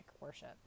worship